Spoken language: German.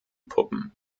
puppen